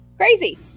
crazy